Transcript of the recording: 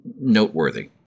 noteworthy